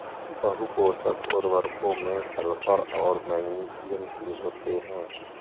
बहुपोषक उर्वरकों में सल्फर और मैग्नीशियम भी होते हैं